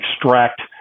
extract